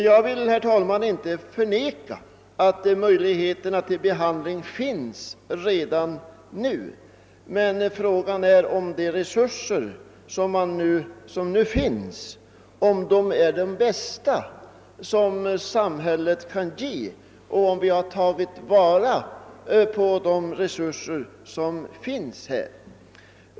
Jag vill inte förneka att möjligheter till behandling finns redan nu, men frågan är om de resurser som nu finns är de bästa som samhället kan ge och om vi har tagit vara på de möjligheter som finns här.